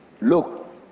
look